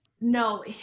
No